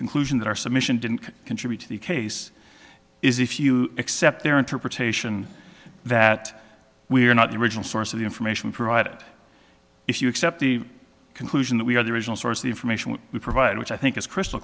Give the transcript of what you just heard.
conclusion that our submission didn't contribute to the case is if you accept their interpretation that we are not the original source of the information provided if you accept the conclusion that we are the original source of the information we provide which i think is crystal